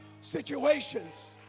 situations